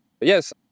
yes